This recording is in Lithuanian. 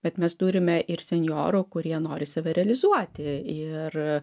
bet mes turime ir senjorų kurie nori save realizuoti ir